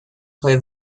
play